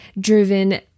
driven